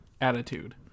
attitude